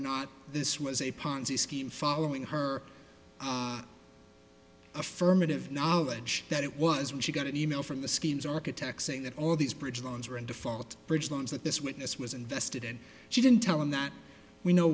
not this was a ponzi scheme following her affirmative knowledge that it was when she got an e mail from the scheme's architect saying that all of these bridge loans are in default bridge loans that this witness was invested in she didn't tell him that we know